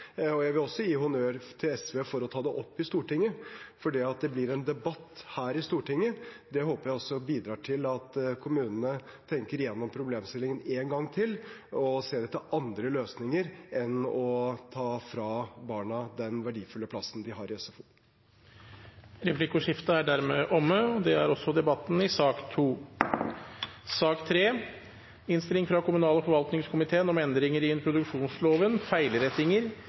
Jeg vil også gi honnør til SV for å ta det opp i Stortinget, for det at det blir en debatt her i Stortinget, håper jeg også bidrar til at kommunene tenker igjennom problemstillingen en gang til og ser etter andre løsninger enn å ta fra barna den verdifulle plassen de har i SFO. Replikkordskiftet er dermed omme. Flere har ikke bedt om ordet til sak nr. 2. Ingen har bedt om ordet. Denne saken dreier seg om